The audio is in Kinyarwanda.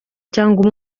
cyangwa